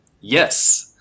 yes